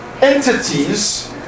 entities